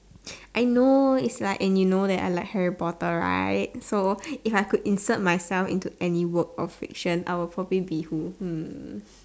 I know it's like and you know that I like Harry potter right so if I could inserted myself into any work of fiction I would probably be who hmm